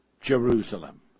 Jerusalem